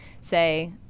say